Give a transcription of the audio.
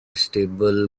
stable